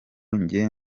njye